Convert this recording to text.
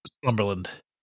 Slumberland